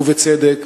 ובצדק,